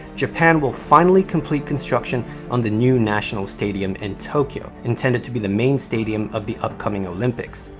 japan will finally complete construction on the new national stadium in tokyo, intended to be the main stadium of the upcoming olympics.